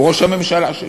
הוא ראש הממשלה שלי.